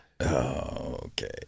Okay